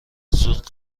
زود